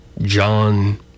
John